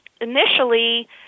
initially